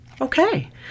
Okay